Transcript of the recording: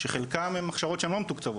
שחלקם הם הכשרות שלא מתוקצבות,